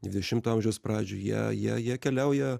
dvidešimto amžiaus pradžioj jie jie jie keliauja